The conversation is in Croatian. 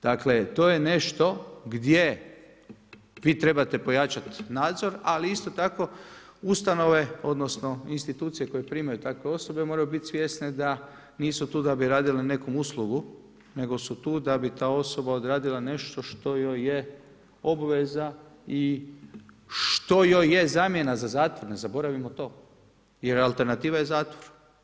Dakle to je nešto gdje vi trebate pojačat nadzor, ali isto tako institucije koje primaju takve osobe moraju bit svjesne da nisu tu da bi radile neku uslugu, nego su tu da bi ta osoba odradila nešto što joj je obveza i što joj je zamjena za zatvor, ne zaboravimo to, jer alternativa je zatvor.